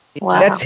Wow